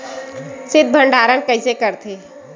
शीत भंडारण कइसे करथे?